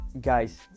guys